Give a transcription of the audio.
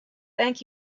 thank